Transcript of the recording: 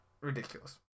ridiculous